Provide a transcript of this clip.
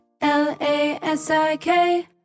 L-A-S-I-K